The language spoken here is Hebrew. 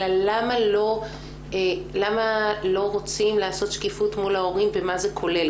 אלא למה לא רוצים לעשות שקיפות מול ההורים ומה זה כולל.